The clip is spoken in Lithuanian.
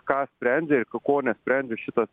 ką sprendžia ir ko nesprendžia šitas